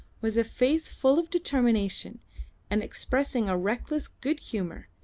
was a face full of determination and expressing a reckless good-humour,